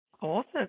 Awesome